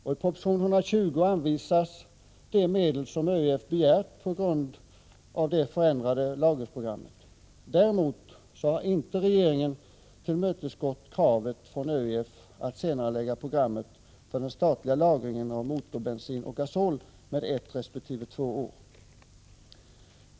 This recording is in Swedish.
I propositionen anvisas de medel som ÖEF begär på grund av det förändrade lagringsprogrammet. Däremot har inte regeringen tillmötesgått kravet från ÖEF på att senarelägga den statliga lagringen av motorbensin och gasol med ett resp. två år.